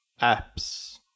apps